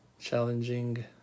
challenging